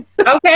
Okay